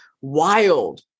wild